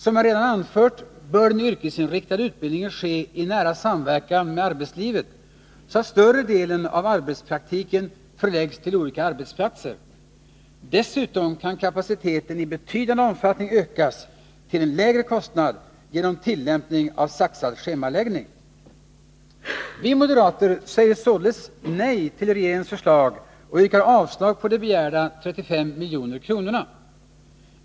Som jag redan anfört bör den yrkesinriktade utbildningen ske i nära samverkan med arbetslivet, så att större delen av arbetspraktiken förläggs till olika arbetsplatser. Dessutom kan kapaciteten i betydande omfattning ökas till en lägre kostnad genom tillämpning av saxad schemaläggning. Vi moderater säger således nej till regeringens förslag och yrkar avslag på begärda 35 milj.kr.